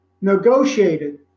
negotiated